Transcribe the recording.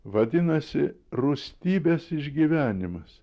vadinasi rūstybės išgyvenimas